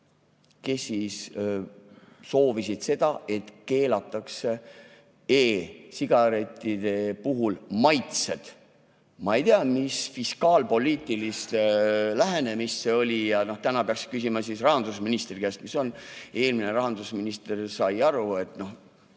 kes soovisid seda, et keelataks e-sigarettide puhul maitsed. Ma ei tea, mis fiskaalpoliitiline lähenemine see oli, ja täna peaks küsima rahandusministri käest, mis on [praegu]. Eelmine rahandusminister sai aru, et kui